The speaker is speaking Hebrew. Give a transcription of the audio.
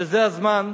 שזה הזמן,